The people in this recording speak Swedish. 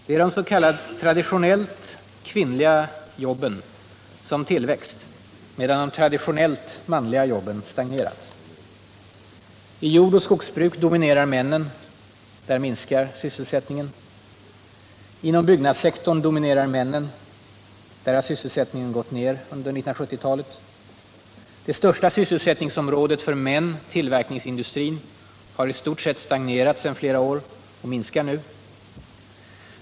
Det är de s.k. traditionellt kvinnliga jobben som tillväxt, medan de traditionellt manliga jobben stagnerat. I jordoch skogsbruk dominerar männen. Där minskar sysselsättningen. Inom byggnadssektorn dominerar männen. Där har sysselsättningen gått ner under 1970-talet. Det största sysselsättningsområdet för män —- tillverkningsindustrin — har i stort sett stagnerat sedan flera år och minskar nu.